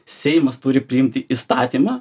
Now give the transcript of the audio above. seimas turi priimti įstatymą